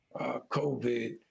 COVID